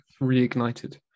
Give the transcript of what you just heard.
reignited